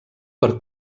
per